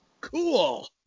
cool